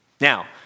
Now